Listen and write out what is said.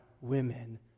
women